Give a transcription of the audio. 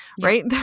right